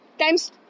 Times